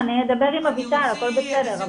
לא, סבבה אני אדבר עם אביטל הכל בסדר.